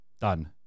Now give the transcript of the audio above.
done